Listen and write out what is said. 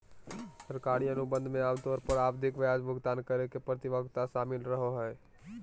सरकारी अनुबंध मे आमतौर पर आवधिक ब्याज भुगतान करे के प्रतिबद्धता शामिल रहो हय